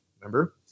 Remember